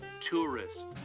tourist